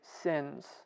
sins